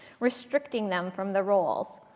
restricting them from the roles,